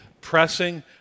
pressing